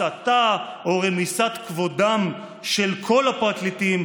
הסתה או רמיסת כבודם של כל הפרקליטים,